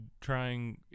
trying